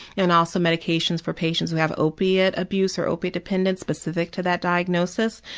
and also medications for patients that have opiate abuse or opiate dependence specific to that diagnosis.